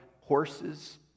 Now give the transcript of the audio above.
horses